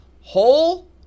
whole